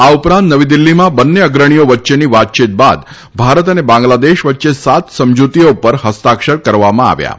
આ ઉપરાંત નવી દિલ્ફીમાં બંને અગ્રણીઓ વચ્ચેની વાતયીત બાદ ભારત અને બાંગ્લાદેશ વચ્ચે સાત સમજૂતીઓ ઉપર હસ્તાક્ષર કરવામાં આવ્યા હતા